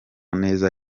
neza